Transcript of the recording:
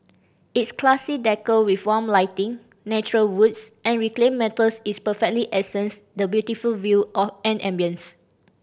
its classy decor with warm lighting natural woods and reclaimed metals is perfectly accents the beautiful view or and ambience